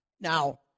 Now